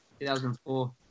2004